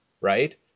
Right